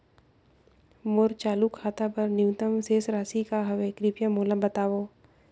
मोर चालू खाता बर न्यूनतम शेष राशि का हवे, कृपया मोला बतावव